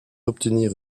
obtenir